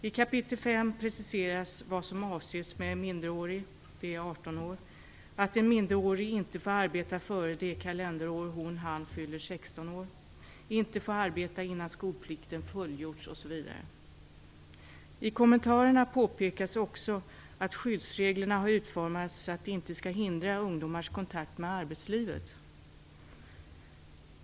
I kap. 5 preciseras vad som avses med minderårig, dvs. person under 18 år, att en minderårig inte får arbeta före det kalenderår hon/han fyller 16 år, inte får arbeta innan skolplikten fullgjorts osv. I kommentarerna påpekas också att skyddsreglerna har utformats för att inte hindra ungdomars kontakt med arbetslivet.